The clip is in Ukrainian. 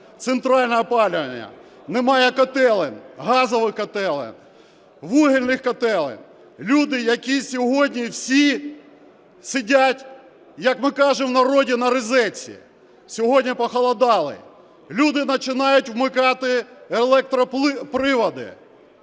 центрального опалювання, немає котелень, газових котелень, вугільних котелень. Люди, які сьогодні всі сидять, як ми кажемо в народі, "на розетці". Сьогодні похолодало, люди починають вмикати електроприлади.